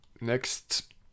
Next